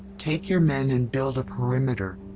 take your men and build a perimeter,